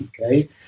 Okay